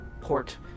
port